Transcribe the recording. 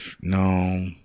No